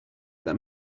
that